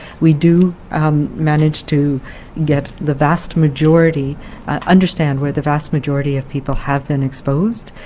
we do manage to get the vast majority understand where the vast majority of people have been exposed,